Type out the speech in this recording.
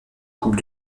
coupe